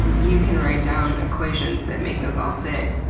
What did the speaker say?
you can write down equations that make those all fit,